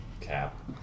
Cap